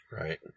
Right